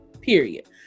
period